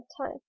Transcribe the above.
time